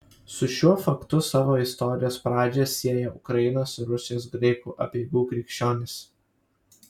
su šiuo faktu savo istorijos pradžią sieją ukrainos ir rusijos graikų apeigų krikščionys